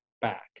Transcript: back